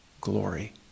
Glory